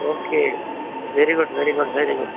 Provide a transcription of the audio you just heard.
okay very good very good very good